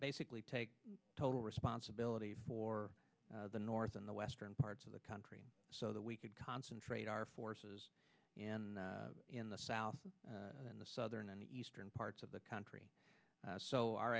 basically take total responsibility for the north in the western parts of the country so that we could concentrate our forces in in the south in the southern and eastern parts of the country so our